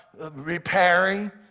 repairing